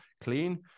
clean